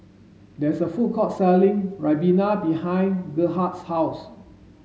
there's a food court selling Ribena behind Gerhardt's house